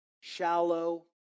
shallow